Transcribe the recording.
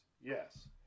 Yes